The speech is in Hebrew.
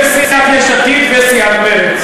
וסיעת יש עתיד, וסיעת מרצ.